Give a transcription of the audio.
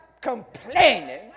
complaining